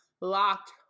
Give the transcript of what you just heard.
Locked